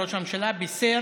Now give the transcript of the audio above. ראש הממשלה בישר